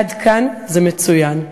עד כאן זה מצוין.